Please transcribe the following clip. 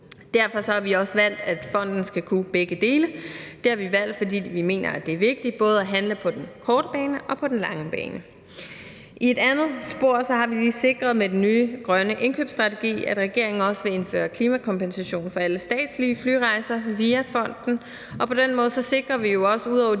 Derfor har vi også valgt, at fonden skal kunne begge dele. Det har vi valgt, fordi vi mener, det er vigtigt både at handle på den korte bane og på den lange bane. I et andet spor har vi med den nye grønne indkøbsstrategi lige sikret, at regeringen også vil indføre klimakompensation for alle statslige flyrejser via fonden, og på den måde sikrer vi jo også ud over